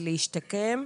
ולהשתקם,